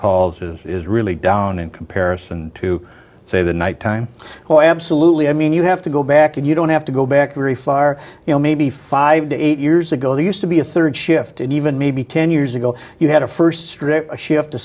calls is really down in comparison to say the nighttime oh absolutely i mean you have to go back and you don't have to go back very far you know maybe five to eight years ago they used to be a third shift and even maybe ten years ago you had a first strip shift